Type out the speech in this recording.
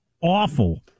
awful